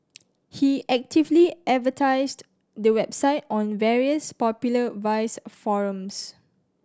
he actively advertised the website on various popular vice forums